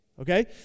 Okay